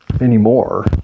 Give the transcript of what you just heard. anymore